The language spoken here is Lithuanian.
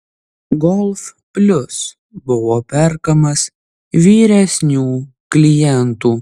golf plius buvo perkamas vyresnių klientų